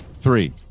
three